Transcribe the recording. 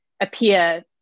appear